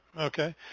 okay